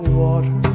water